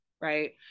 Right